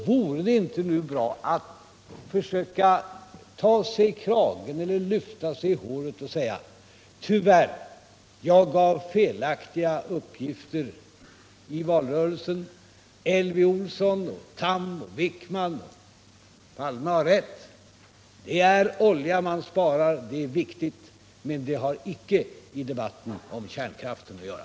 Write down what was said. Vore det inte bra om han kunde försöka ta sig samman och säga: Tyvärr gav jag felaktiga uppgifter i valrörelsen. Elvy Olsson, Tham, Wijkman och Palme har rätt i att det är olja som sparas på detta sätt. Också det är en viktig fråga, men den har icke med debatten om kärnkraften att göra.